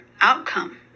outcome